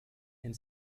and